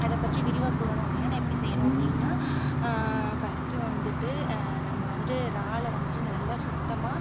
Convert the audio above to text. அதை பற்றி விரிவாக கூறணும் அப்படின்னா நான் எப்படி செய்யணும் அப்படின்னா ஃபஸ்ட்டு வந்துட்டு நம்ம வந்துட்டு இறாலை வந்துட்டு நல்லா சுத்தமாக